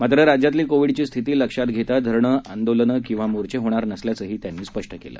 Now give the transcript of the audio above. मात्र राज्यातली कोविडची स्थिती लक्षात घेता धरणं आंदोलन किंवा मोर्चे होणार नसल्याचही त्यांनी सांगितलं